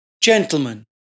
Gentlemen